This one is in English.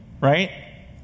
Right